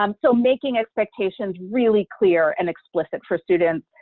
um so making expectations really clear and explicit for students.